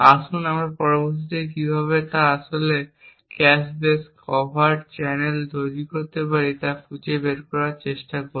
আসুন আমরা পরবর্তীতে কীভাবে আমরা আসলে একটি ক্যাশ বেস কভারট চ্যানেল তৈরি করতে পারি তা খুঁজে বের করার চেষ্টা করি